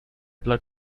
blood